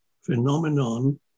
phenomenon